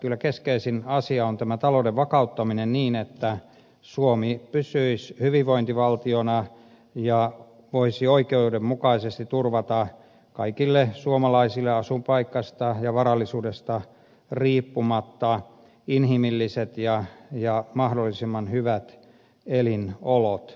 kyllä keskeisin asia on talouden vakauttaminen niin että suomi pysyisi hyvinvointivaltiona ja voisi oikeudenmukaisesti turvata kaikille suomalaisille asuinpaikasta ja varallisuudesta riippumatta inhimilliset ja mahdollisimman hyvät elinolot